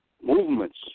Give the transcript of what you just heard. movements